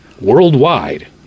worldwide